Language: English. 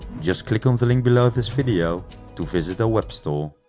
just click on the link below this video to visit our webstore